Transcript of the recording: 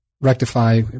rectify